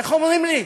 איך אומרים לי?